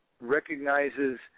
recognizes